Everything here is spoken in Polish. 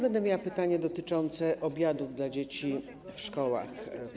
Będę miała pytanie dotyczące obiadów dla dzieci w szkołach.